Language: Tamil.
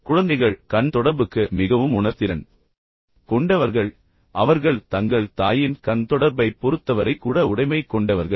குழந்தைகள் கண் தொடர்புக்கு மிகவும் உணர்திறன் கொண்டவர்கள் மேலும் அவர்கள் தங்கள் தாயின் கண் தொடர்பைப் பொறுத்தவரை கூட உடைமை கொண்டவர்கள்